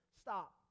Stop